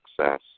success